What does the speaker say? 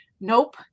nope